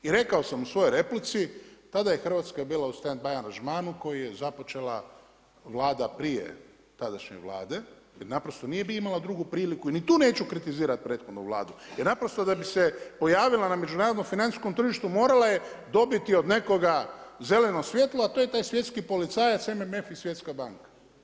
I rekao sam u svojoj replici, tada je Hrvatska bila u stand by aranžmanu koji je započela Vlada prije tadašnje Vlade jer naprosto ne bi imala drugu priliku ni tu neću kritizirati prethodnu Vladu jer naprosto da bi se pojavila na međunarodnom financijskom tržištu, morala je dobiti od nekoga zeleno svjetlo a to je taj svjetski policajac, MMF i svjetska banka.